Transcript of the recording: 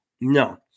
No